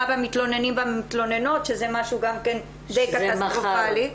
במתלוננים ומתלוננות שזה משהו גם כן די קטסטרופלי.